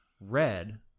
red